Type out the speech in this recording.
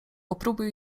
popróbuj